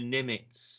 Nimitz